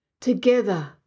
Together